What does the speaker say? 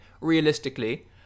realistically